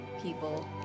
people